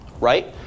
right